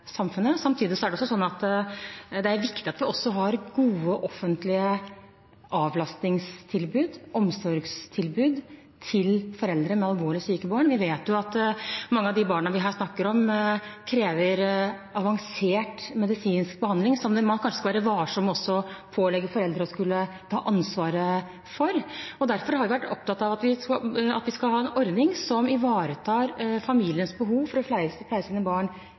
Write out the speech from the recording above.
samfunnet. Samtidig er det viktig at vi også har gode offentlige avlastningstilbud, omsorgstilbud, til foreldre med alvorlig syke barn. Vi vet jo at mange av de barna vi her snakker om, krever avansert medisinsk behandling, som man kanskje skal være varsom med å pålegge foreldre å skulle ta ansvar for. Derfor har vi vært opptatt av at vi skal ha en ordning som ivaretar familienes behov for å pleie sine barn